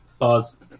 pause